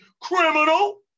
Criminal